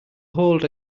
hold